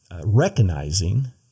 recognizing